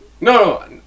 no